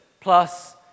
plus